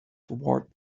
toward